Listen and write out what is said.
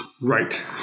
Right